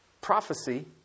prophecy